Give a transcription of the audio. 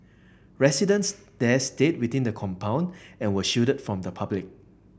residents there stayed within the compound and were shielded from the public